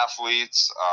athletes